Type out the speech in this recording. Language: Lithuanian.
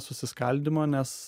susiskaldymo nes